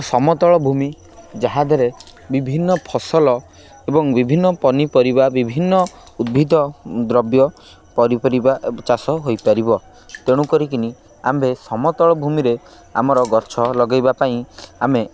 ସମତଳ ଭୂମି ଯାହାଦେହରେ ବିଭିନ୍ନ ଫସଲ ଏବଂ ବିଭିନ୍ନ ପନିପରିବା ବିଭିନ୍ନ ଉଦ୍ଭିଦ ଦ୍ରବ୍ୟ ପନିପରିବା ଚାଷ ହୋଇପାରିବ ତେଣୁ କରିକିନି ଆମ୍ଭେ ସମତଳ ଭୂମିରେ ଆମର ଗଛ ଲଗାଇବା ପାଇଁ ଆମେ